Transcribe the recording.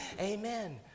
Amen